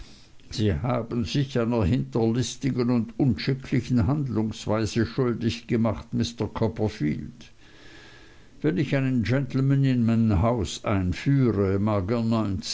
sie haben sich einer hinterlistigen und unschicklichen handlungsweise schuldig gemacht mr copperfield wenn ich einen gentleman in mein haus einführe